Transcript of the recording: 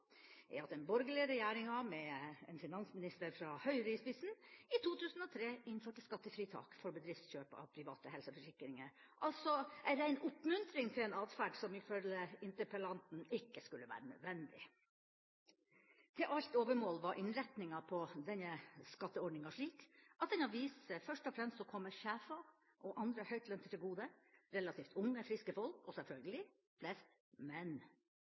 at den borgerlige regjeringa, med en finansminister fra Høyre i spissen, i 2003 innførte skattefritak for bedriftskjøp av private helseforsikringer – altså en rein oppmuntring til en atferd som ifølge interpellanten ikke skulle være nødvendig. Til alt overmål var innretninga på denne skatteordninga slik at den har vist seg først og fremst å komme sjefer og andre høytlønte til gode; relativt unge, friske folk og selvfølgelig flest menn